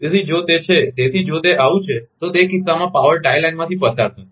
તેથી જો તે છે તેથી જો તે આવું છે તો તે કિસ્સામાં પાવર ટાઇ લાઇનમાંથી પસાર થશે